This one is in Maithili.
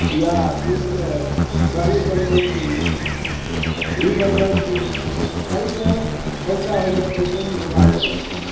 या दूधके दही बनबै छी घी बनबै छी एहिसऽ पैसा होइया ताहि सऽ निर्वाह करै छी